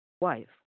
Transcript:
wife